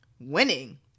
Winning